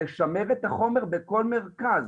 לשמר את החומר בכל מרכז,